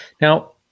Now